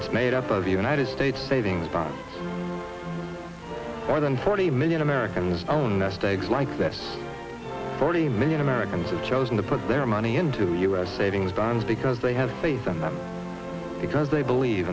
it's made up of united states savings bonds more than forty million americans own nest eggs like that forty million americans have chosen to put their money into u s savings bonds because they have faith in them because they believe